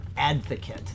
advocate